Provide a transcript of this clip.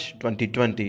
2020